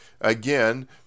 Again